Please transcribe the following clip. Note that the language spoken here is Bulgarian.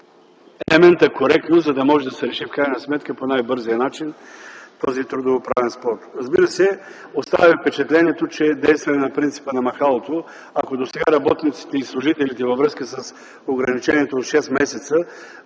коректност, за да може да се реши по най-бързия начин този трудовоправен спор. Остава впечатлението, че действаме на принципа на махалото. Ако досега работниците и служителите във връзка с ограничението от 6 месеца,